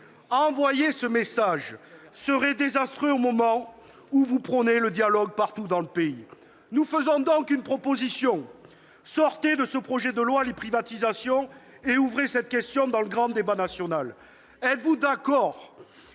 Envoyer un message contraire serait désastreux, au moment où vous prônez le dialogue partout dans le pays. Nous vous faisons une proposition : sortez de ce projet de loi les privatisations et intégrez cette question dans le grand débat national. Êtes-vous d'accord